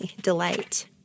delight